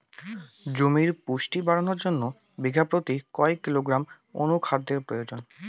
জমির পুষ্টি বাড়ানোর জন্য বিঘা প্রতি কয় কিলোগ্রাম অণু খাদ্যের প্রয়োজন?